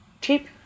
cheap